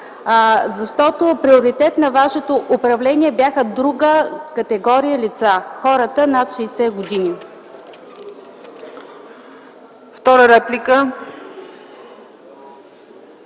Защото приоритет на вашето управление бяха друга категория лица - хората над 60 години.